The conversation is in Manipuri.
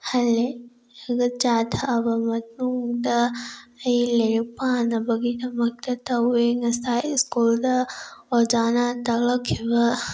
ꯍꯜꯂꯛꯑꯒ ꯆꯥ ꯊꯛꯂꯕ ꯃꯇꯨꯡꯗ ꯑꯩ ꯂꯥꯏꯔꯤꯛ ꯄꯥꯅꯕꯒꯤꯗꯃꯛꯇ ꯇꯧꯋꯦ ꯉꯥꯁꯥꯏ ꯁ꯭ꯀꯨꯜꯗ ꯑꯣꯖꯥꯅ ꯇꯥꯛꯂꯛꯈꯤꯕ